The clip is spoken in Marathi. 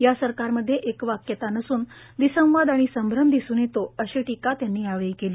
या सरकारमध्ये एकवाक्यता नसून विसंवाद आणि संभ्रम दिसून येतो अशी टिका त्यांनी यावेळी केली